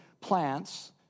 plants